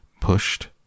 pushed